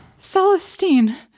Celestine